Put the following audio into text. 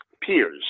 peers